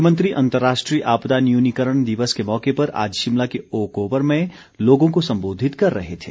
मुख्यमंत्री अंतर्राष्ट्रीय आपदा न्यूनीकरण दिवस के मौके पर आज शिमला के ओक ओवर में लोगों को संबोधित कर रहे थे